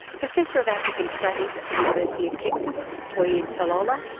professor of african studies at the university of texas, toyin falola,